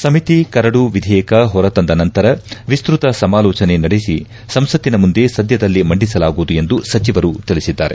ಸಮಿತಿ ಕರಡು ವಿಧೇಯಕ ಹೊರ ತಂದ ನಂತರ ವಿಸ್ನತ ಸಮಾಲೋಚನೆ ನಡೆಸಿ ಸಂಸತ್ತಿನ ಮುಂದೆ ಸದ್ದದಲ್ಲೇ ಮಂಡಿಸಲಾಗುವುದು ಎಂದು ಸಚಿವರು ತಿಳಿಸಿದ್ದಾರೆ